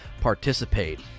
participate